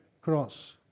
cross